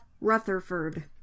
Rutherford